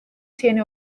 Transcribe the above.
tiene